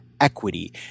equity